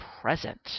present